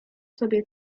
sobie